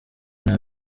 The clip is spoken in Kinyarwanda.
nta